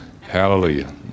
Hallelujah